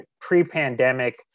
pre-pandemic